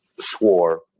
swore